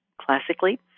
classically